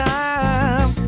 time